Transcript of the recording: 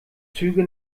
züge